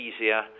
easier